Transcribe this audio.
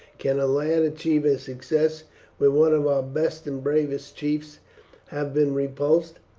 can a lad achieve a success where one of our best and bravest chiefs has been repulsed?